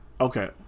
Okay